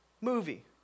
movie